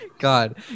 God